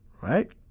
Right